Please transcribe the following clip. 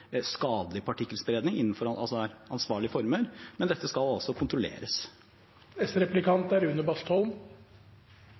skadelig partikkelspredning innenfor ansvarlige former. Men dette skal altså kontrolleres.